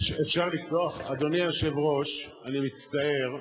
אדוני היושב-ראש, אני מצטער,